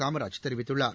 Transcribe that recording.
காமராஜ் தெரிவித்துள்ளார்